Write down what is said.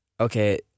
Okay